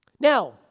Now